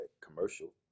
commercial